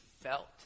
felt